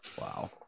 Wow